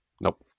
nope